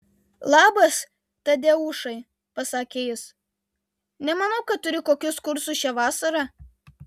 labas tadeušai pasakė jis nemanau kad turi kokius kursus šią vasarą